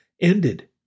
ended